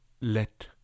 let